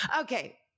Okay